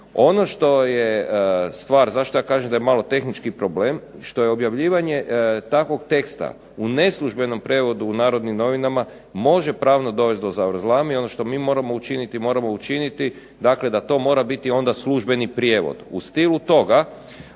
Ono što je stvar, zašto ja kažem da je malo tehnički problem, što je objavljivanje takvog teksta u neslužbenom prijevodu u Narodnim novinama može pravno dovesti do zavrzlame. I ono što mi moramo učiniti, moramo učiniti da to mora biti službeni prijevod. U stilu toga,